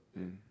mm